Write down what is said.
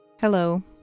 Hello